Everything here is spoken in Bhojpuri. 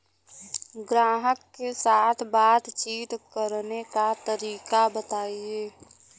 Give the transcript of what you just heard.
ग्राहक के साथ बातचीत करने का तरीका बताई?